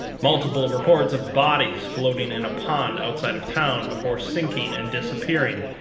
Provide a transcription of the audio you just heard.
multiple reports of bodies floating in a pond outside of town before sinking and disappearing,